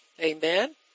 Amen